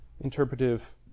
Interpretive